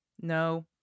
No